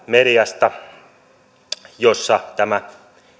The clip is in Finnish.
media jossa tämä